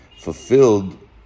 fulfilled